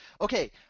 Okay